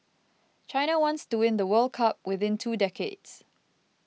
China wants to win the World Cup within two decades